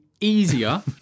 easier